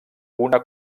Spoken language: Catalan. una